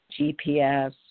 GPS